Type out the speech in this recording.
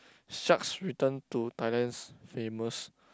sharks return to Thailand's famous